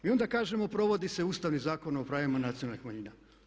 I onda kažemo provodi se Ustavni zakon o pravima nacionalnih manjina.